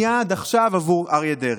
מייד, עכשיו, בעבור אריה דרעי.